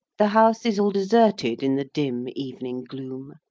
the house is all deserted in the dim evening gloom,